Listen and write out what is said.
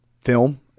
film